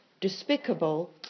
despicable